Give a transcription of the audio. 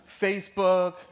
Facebook